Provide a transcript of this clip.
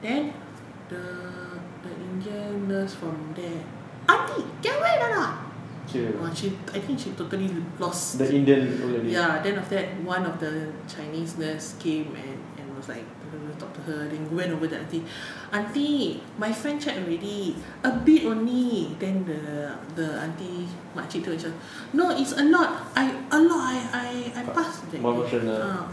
then the indian nurse from there aunty can wait or not she she I think she totally lost ya then after that one of the chinese nurse came and was like go and talk to her then went over then aunty aunty my friend check already a bit only then the aunty makcik itu macam no it's a lot I I pass ah